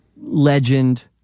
legend